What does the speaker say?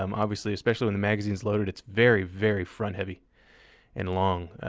um obviously, especially when the magazine's loaded, it's very, very front-heavy and long.